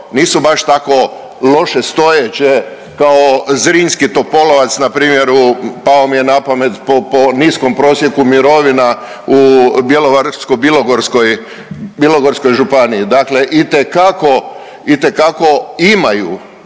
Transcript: nisu baš tako loše stojeće kao zrinski Topolovac, na primjer pao mi je na pamet po niskom prosjeku mirovina u Bjelovarsko-bilogorskoj županiji. Dakle, itekako imaju